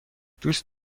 دوست